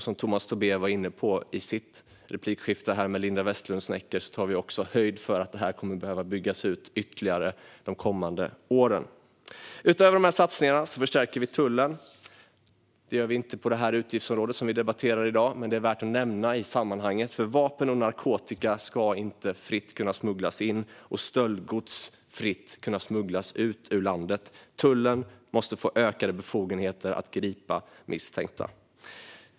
Som Tomas Tobé var inne på i sitt replikskifte med Linda Westerlund Snecker tar vi också höjd för att det här kommer att behöva byggas ut ytterligare de kommande åren. Utöver de här satsningarna förstärker vi tullen. Det gör vi inte i det utgiftsområde som vi debatterar i dag, men det är värt att nämna i sammanhanget, för vapen och narkotika ska inte fritt kunna smugglas in i landet och stöldgods inte fritt kunna smugglas ut ur landet. Tullen måste få ökade befogenheter att gripa misstänkta.